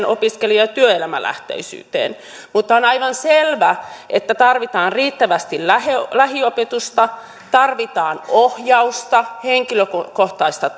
opiskelija ja työelämälähtöisyyteen mutta on aivan selvää että tarvitaan riittävästi lähiopetusta tarvitaan ohjausta henkilökohtaista